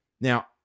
Now